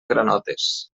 granotes